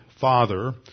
father